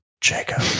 Jacob